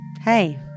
Hey